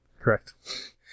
Correct